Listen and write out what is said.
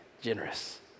generous